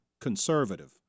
conservative